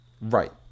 Right